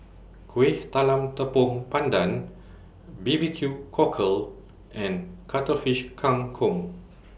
Kuih Talam Tepong Pandan B B Q Cockle and Cuttlefish Kang Kong